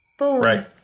Right